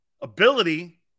Ability